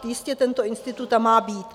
Jistě tento institut tam má být.